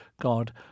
God